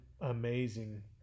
amazing